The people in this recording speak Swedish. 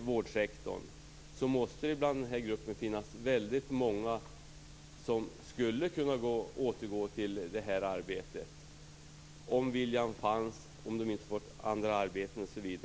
vårdsektorn måste det bland den här gruppen finnas väldigt många som skulle kunna återgå till det arbetet om viljan fanns, om de inte fått andra arbeten, osv.